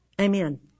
Amen